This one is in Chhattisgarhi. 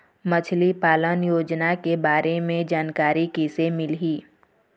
मछली पालन योजना के बारे म जानकारी किसे मिलही?